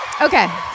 Okay